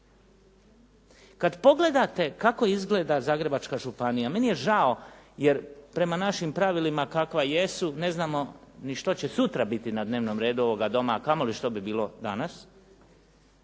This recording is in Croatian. Kad pogledate kako izgleda Zagrebačka županija meni je žao jer prema našim pravilima kakva jesu ne znamo ni što će sutra biti na dnevnom redu ovoga doma a kamoli što bi bilo danas.